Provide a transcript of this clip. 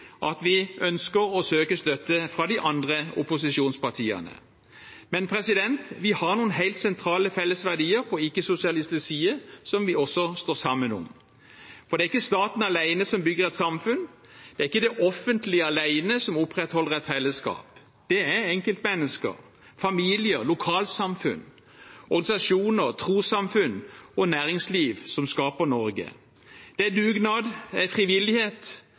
at vi ønsker å søke støtte fra de andre opposisjonspartiene. Men vi har noen helt sentrale felles verdier på ikke-sosialistisk side som vi også står sammen om. For det er ikke staten alene som bygger et samfunn. Det er ikke det offentlige alene som opprettholder et fellesskap. Det er enkeltmennesker, familier, lokalsamfunn, organisasjoner, trossamfunn og næringsliv som skaper Norge. Det er dugnad, det er frivillighet,